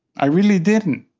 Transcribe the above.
i really didn't,